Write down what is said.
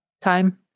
time